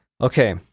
okay